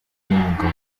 n’umugabo